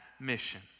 mission